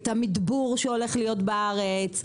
את המדבור שהולך להיות בארץ,